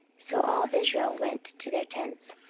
so all israel went to their tents.